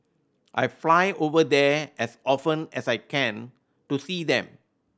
I fly over there as often as I can to see them